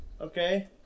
Okay